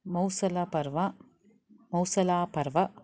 Mausalaparva Mausalaparva